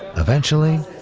eventually,